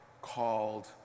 called